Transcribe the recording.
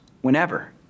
whenever